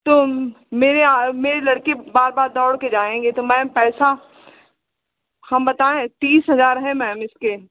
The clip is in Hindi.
तो मेरे आ मेरे लड़के बार बार दौड़कर जाएंगे तो मैम पैसा हम बताएं तीस हज़ार हैं मैम इसके